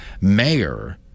mayor